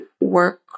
work